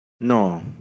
No